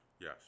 Yes